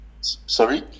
sorry